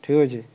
ଠିକ୍ ଅଛି